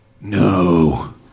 no